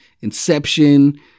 Inception